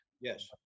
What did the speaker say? Yes